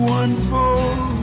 unfold